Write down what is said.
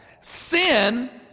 Sin